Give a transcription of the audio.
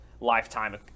lifetime